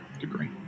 degree